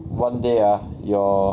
one day ah your